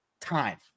time